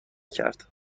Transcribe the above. کرد